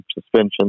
suspension